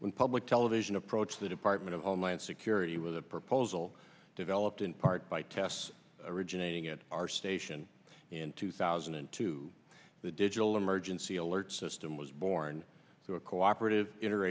when public television approached the department of homeland security with a proposal developed in part by tests originating at our station in two thousand and two the digital emergency alert system was born through a cooperative inter